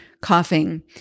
coughing